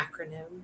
acronym